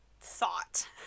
thought